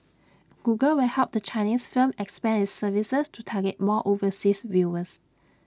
Google will help the Chinese firm expand its services to target more overseas viewers